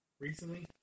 recently